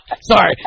Sorry